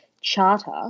charter